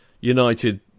United